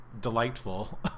delightful